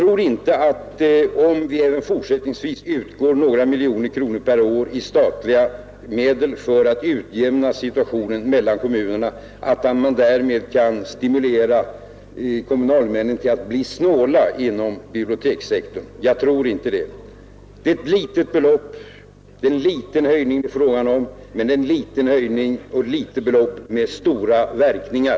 Om det även fortsättningsvis utgår några miljoner kronor per år i statliga medel för att utjämna olikheterna i kommunernas situation tror jag inte att kommunalmännen därigenom skulle stimuleras att bli snåla i fråga om bibliotekssektorn. Det är, som sagt, ett litet belopp, en liten höjning — men ett litet belopp och en liten höjning med stora verkningar.